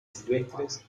silvestres